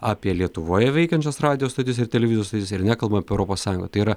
apie lietuvoje veikiančias radijo stotis ir televizijos stotis ir nekalba apie europos sąjungą tai yra